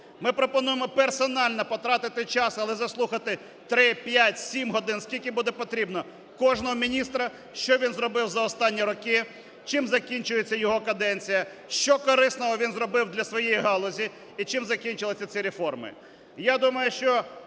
Ми пропонуємо персонально потратити час, але заслухати 3-5-7 годин – скільки буде потрібно – кожного міністра, що він зробив за останні роки, чим закінчується його каденція, що корисного він зробив для своєї галузі і чим закінчилися ці реформи.